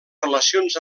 relacions